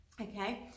okay